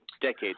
decades